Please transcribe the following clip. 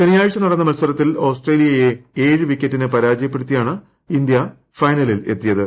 ശനിയാഴ്ച നടന്ന മത്സരത്തിൽ ഓസ്ട്രേലിയയെ ഏഴ് വിക്കറ്റിന് പരാജയപ്പെടുത്തിയാണ് ഇന്ത്യ ഫൈനലിൽ എത്തിയത്